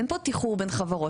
אין פה תיחור בין חברות.